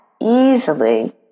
easily